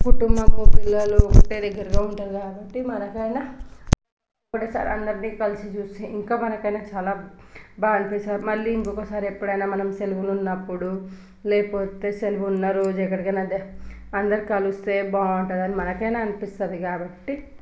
కుటుంబము పిల్లలు ఒకటే దగ్గరగా ఉంటరు కాబట్టి మనకైనా ఒకటేసారి అందరినీ కలిసి చూసి ఇంకా మనకైన చాలా బాగా అనిపిస్తుంది మళ్ళీ ఇంకొకసారి ఎప్పుడైనా మనం సెలవులున్నప్పుడు లేకపోతే సెలవున్న రోజు ఎక్కడికైనా దే అందరు కలిస్తే బాగుంటుందని మనకైనా అనిపిస్తుంది కాబట్టి